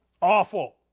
Awful